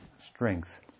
strength